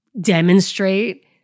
demonstrate